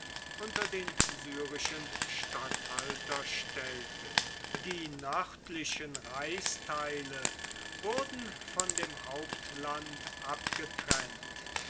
unter den syrischen statthalter stellte die nördlichen reichsteile wurden von dem hauptland abgetrennt